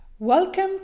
welcome